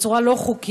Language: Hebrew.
בצורה לא חוקית,